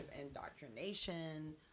indoctrination